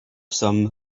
some